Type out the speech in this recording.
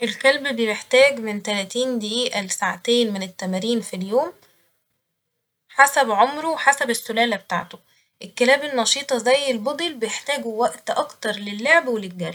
الكلب بيحتاج من تلاتين دقيقة لساعتين من التمارين في اليوم حسب عمره وحسب السلالة بتاعته ، الكلاب النشيطة زي البودل بيحتاجو وقت أكتر للعب وللجري